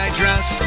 dress